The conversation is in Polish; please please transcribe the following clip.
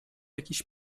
jakiś